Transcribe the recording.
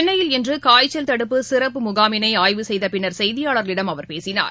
சென்னையில் இன்றுகாய்ச்சல் தடுப்பு சிறப்பு முகாமினைஆய்வு செய்தப் பின் செய்தியாளர்களிடம் அவர் பேசினார்